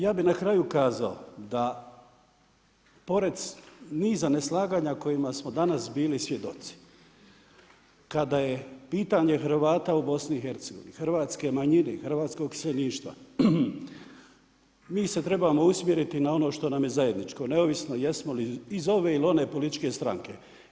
Ja bih na kraju kazao da pored niza neslaganja kojima smo danas bili svjedoci, kada je pitanje Hrvata u Bosni i Hercegovini, hrvatske manjine, hrvatskog iseljeništva mi se trebamo usmjeriti na ono što nam je zajedničko neovisno jesmo li iz ove ili one političke stranke.